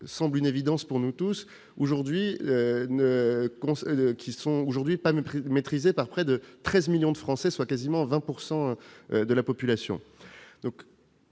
semblent une évidence pour nous tous, mais qui, aujourd'hui, ne sont pas maîtrisées par près de 13 millions de Français, soit quasiment 20 % de la population.